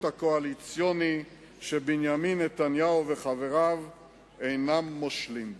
הקואליציוני שבנימין נתניהו וחבריו אינם מושלים בו?